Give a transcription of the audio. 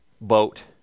boat